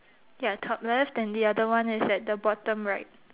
ya top left then the other one is at the bottom right